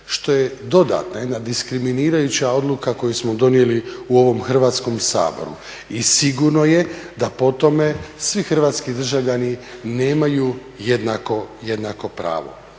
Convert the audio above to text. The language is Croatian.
što je dodatna jedna diskriminirajuća odluka koju smo donijeli u ovom Hrvatskom saboru. I sigurno je da po tome svi hrvatski državljani nemaju jednako pravo.